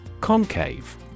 Concave